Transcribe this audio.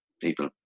People